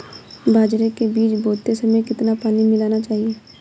बाजरे के बीज बोते समय कितना पानी मिलाना चाहिए?